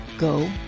Go